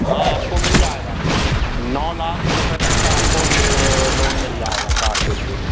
हाँ आपको मिल जाएगा नौ लाख रुपये तक का आपको लोन मिल जाएगा कार के लिए